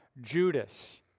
Judas